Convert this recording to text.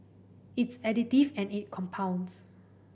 it's additive and it compounds